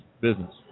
business